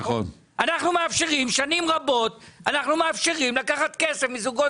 אנחנו מאפשרים שנים רבות לקחת כסף מזוגות